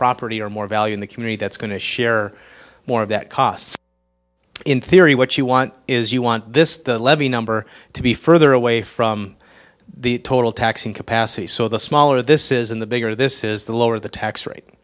property or more value in the community that's going to share more of that cost in theory what you want is you want this the levy number to be further away from the total tax in capacity so the smaller this is in the bigger this is the lower the tax rate